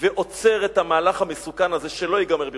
ועוצר את המהלך המסוכן הזה, שלא ייגמר בירושלים.